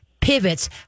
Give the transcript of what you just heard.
pivots